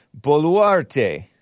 Boluarte